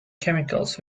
chemicals